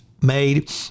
made